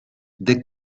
des